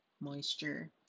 moisture